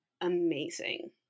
amazing